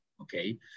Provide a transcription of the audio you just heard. okay